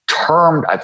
Termed